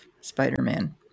Spider-Man